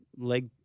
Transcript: leg